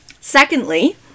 Secondly